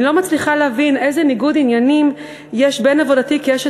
אני לא מצליחה להבין איזה ניגוד עניינים יש בין עבודתי כאשת